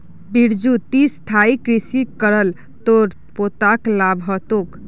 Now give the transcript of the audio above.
बिरजू ती स्थायी कृषि कर ल तोर पोताक लाभ ह तोक